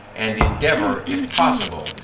and endeavour, if possible,